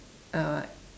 uh